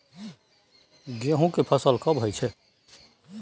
गेहूं के फसल कब होय छै?